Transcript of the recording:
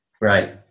Right